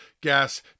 gas